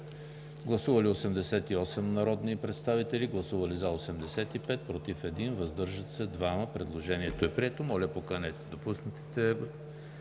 Гласували 88 народни представители: за 85, против 1, въздържали се 2. Предложението е прието. Моля, поканете гостите в